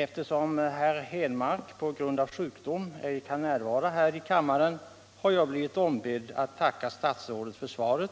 Eftersom herr Henmark på grund av sjukdom ej kan närvara här i kammaren har jag blivit ombedd att tacka statsrådet för svaret